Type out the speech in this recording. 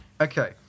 Okay